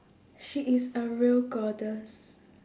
she is a real goddess